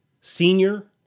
senior